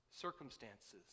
circumstances